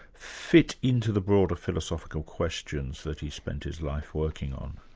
fit into the broader philosophical questions that he spent his life working on?